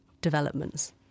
developments